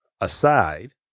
aside